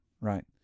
Right